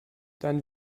dann